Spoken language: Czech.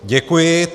Děkuji.